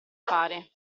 fare